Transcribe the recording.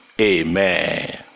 amen